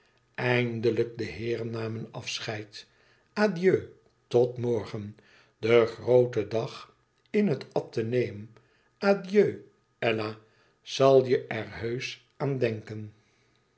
eindelijk de heeren namen afscheid adieu tot morgen den grooten dag in het atheneum adieu ella zal je er heusch aan denken